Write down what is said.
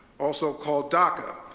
also called daca,